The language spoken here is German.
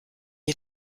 die